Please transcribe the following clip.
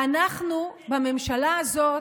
ואנחנו, בממשלה הזאת,